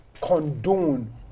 Condone